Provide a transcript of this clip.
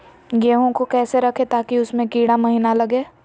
गेंहू को कैसे रखे ताकि उसमे कीड़ा महिना लगे?